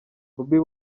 bobi